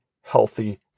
healthy